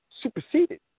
superseded